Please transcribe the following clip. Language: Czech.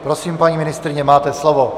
Prosím, paní ministryně, máte slovo.